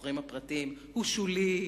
החוכרים הפרטיים הוא שולי,